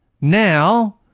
now